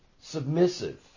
submissive